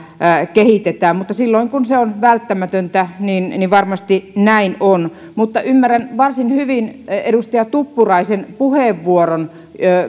kehitetään mutta silloin kun se on välttämätöntä niin varmasti näin on mutta ymmärrän varsin hyvin edustaja tuppuraisen puheenvuoron